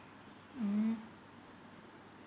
mm